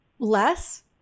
less